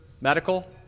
medical